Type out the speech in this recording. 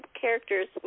characters